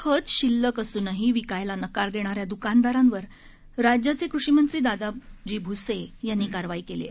खत शिल्लक असूनही विकायला नकार देणाऱ्या दुकानदारावर राज्याचे कृषिमंत्री दादाजी भुसे यांनी कारवाई केली आहे